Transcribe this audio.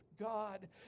God